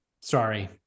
Sorry